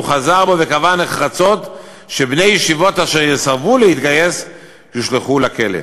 הוא חזר בו וקבע נחרצות שבני ישיבות אשר יסרבו להתגייס יושלכו לכלא.